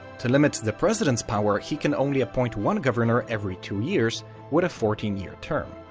to limit the president's power, he can only appoint one governor every two years with a fourteen year term.